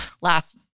last